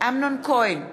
אמנון כהן,